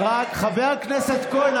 חבר הכנסת כהן,